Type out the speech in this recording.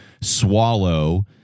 swallow